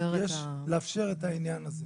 לאפשר את העניין הזה.